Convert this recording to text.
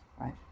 right